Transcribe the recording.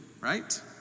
right